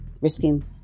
risking